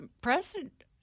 President –